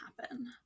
happen